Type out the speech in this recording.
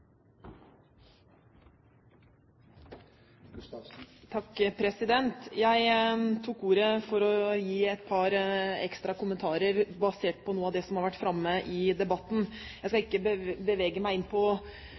Jeg tok ordet for å gi et par ekstra kommentarer basert på noe av det som har vært framme i debatten. Jeg skal ikke bevege meg inn